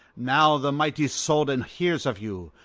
now the mighty soldan hears of you,